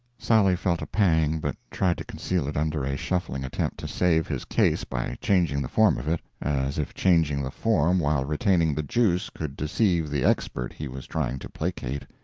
sally felt a pang, but tried to conceal it under a shuffling attempt to save his case by changing the form of it as if changing the form while retaining the juice could deceive the expert he was trying to placate.